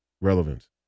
relevance